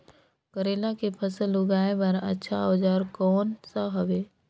करेला के फसल उगाई बार अच्छा औजार कोन सा हवे?